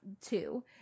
two